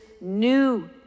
new